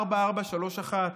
4431,